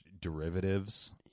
derivatives